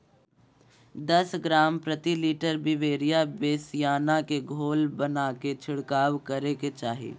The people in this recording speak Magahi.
दस ग्राम प्रति लीटर बिवेरिया बेसिआना के घोल बनाके छिड़काव करे के चाही